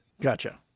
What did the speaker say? Gotcha